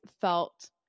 felt